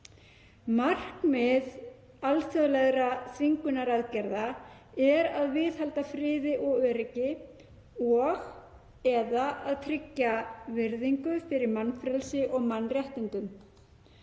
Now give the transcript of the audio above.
Markmið alþjóðlegra þvingunaraðgerða er að viðhalda friði og öryggi og/eða tryggja virðingu fyrir mannfrelsi og mannréttindum.